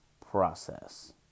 process